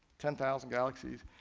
ten thousand galaxies.